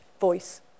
voice